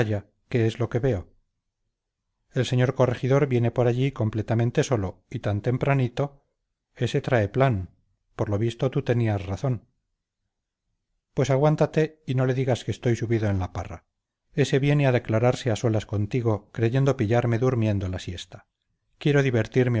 qué es lo que veo el señor corregidor viene por allí completamente solo y tan tempranito ese trae plan por lo visto tú tenías razón pues aguántate y no le digas que estoy subido en la parra ese viene a declararse a solas contigo creyendo pillarme durmiendo la siesta quiero divertirme